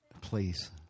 Please